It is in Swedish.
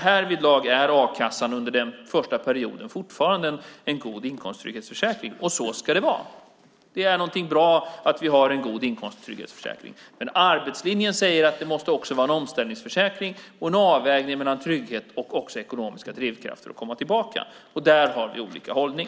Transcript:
Härvidlag är a-kassan under den första perioden fortfarande en god inkomsttrygghetsförsäkring, och så ska det vara. Det är någonting bra att vi har en god inkomsttrygghetsförsäkring. Men arbetslinjen säger att det också måste vara en omställningsförsäkring och en avvägning mellan trygghet och ekonomiska drivkrafter att komma tillbaka. Där har vi olika hållning.